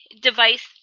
device